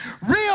Real